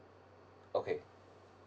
okay